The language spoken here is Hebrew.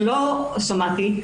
שלא שמעתי,